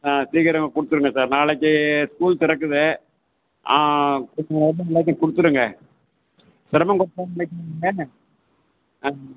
ஆ சீக்கரம் கொடுத்துடுங்க சார் நாளைக்கு ஸ்கூல் திறக்குது ஆ கொடுத்துருங்க சிரமம்